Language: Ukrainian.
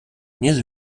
ніж